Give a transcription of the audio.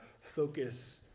focus